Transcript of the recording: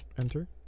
Enter